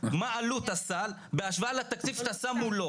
מה עלות הסל בהשוואה לתקציב שאתה שם מול.